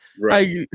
Right